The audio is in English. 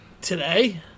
today